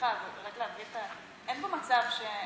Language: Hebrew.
אין פה מצב,